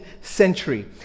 century